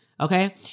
okay